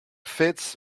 fits